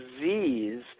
disease